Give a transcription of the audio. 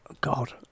god